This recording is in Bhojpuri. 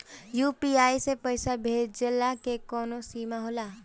यू.पी.आई से पईसा भेजल के कौनो सीमा होला?